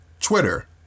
Twitter